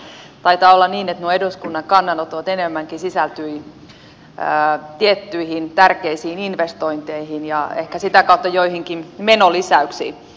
taitaa olla niin että nuo eduskunnan kannanotot enemmänkin sisältyivät tiettyihin tärkeisiin investointeihin ja ehkä sitä kautta joihinkin menolisäyksiin